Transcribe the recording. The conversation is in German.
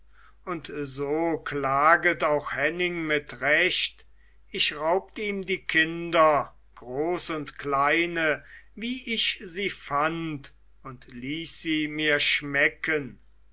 und so klaget auch henning mit recht ich raubt ihm die kinder groß und kleine wie ich sie fand und ließ sie mir schmecken